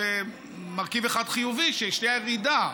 יש מרכיב אחד חיובי: ישנה ירידה,